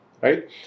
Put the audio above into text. right